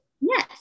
Yes